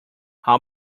how